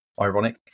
Ironic